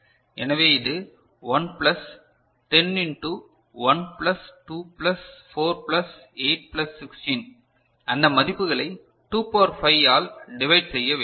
எனவே இது 1 plus 10 into 1 plus 2 plus 4 plus 8 plus 16 அந்த மதிப்புகளை 2 பவர் 5 ஆள் டிவைட் செய்ய வேண்டும்